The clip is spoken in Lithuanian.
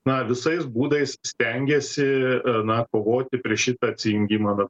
na visais būdais stengiasi na kovoti prieš šitą atsijungimą